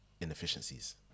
inefficiencies